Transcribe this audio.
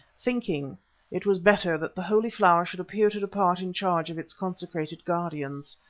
thinking it was better that the holy flower should appear to depart in charge of its consecrated guardians.